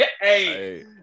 hey